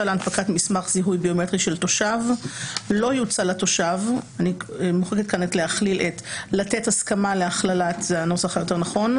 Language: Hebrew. להנפקת מסמך זיהוי ביומטרי של תושב לא יוצע לתושב לתת הסכמה להכללת טביעות